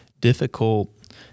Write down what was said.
difficult